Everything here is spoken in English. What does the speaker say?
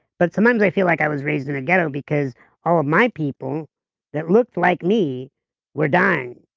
but sometimes i feel like i was raised in a ghetto because all of my people that looked like me we're dying.